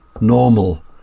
normal